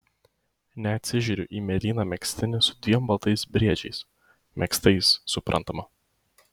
neatsižiūriu į mėlyną megztinį su dviem baltais briedžiais megztais suprantama